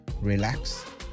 relax